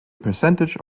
percentage